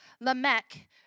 Lamech